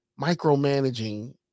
micromanaging